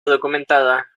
documentada